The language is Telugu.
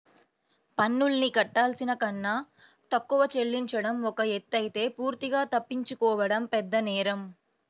పన్నుల్ని కట్టాల్సిన కన్నా తక్కువ చెల్లించడం ఒక ఎత్తయితే పూర్తిగా తప్పించుకోవడం పెద్దనేరం